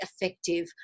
effective